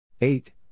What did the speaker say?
Eight